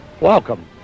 welcome